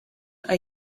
are